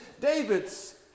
David's